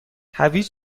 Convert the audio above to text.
هویج